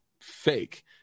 fake